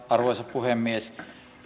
arvoisa puhemies